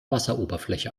wasseroberfläche